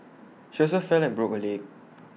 she also fell and broke her leg